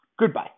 Goodbye